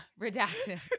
redacted